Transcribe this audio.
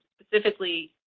specifically